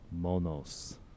Monos